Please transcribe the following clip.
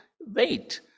wait